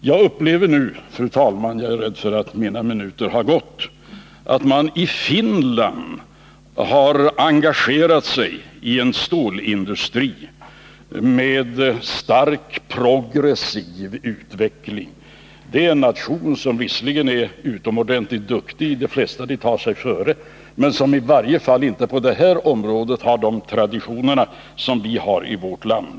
Jag har erfarit att man i Finland har engagerat sig i en stålindustri med stark progressiv utveckling. Det är en nation som är utomordentligt duktig på det mesta man där tar sig före, men som inte på det här området har de traditioner som vi har i vårt land.